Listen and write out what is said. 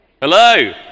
Hello